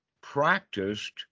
practiced